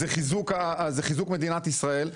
זה חיזוק מדינת ישראל.